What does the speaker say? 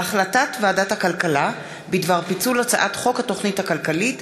והחלטת ועדת הכלכלה בדבר פיצול הצעת חוק התוכנית הכלכלית